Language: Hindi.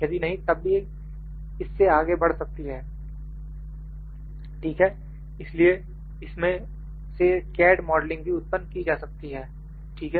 यदि नहीं तब भी इससे आगे बढ़ सकती हैं ठीक है इसलिए इसमें से कैड मॉडलिंग भी उत्पन्न की जा सकती है ठीक है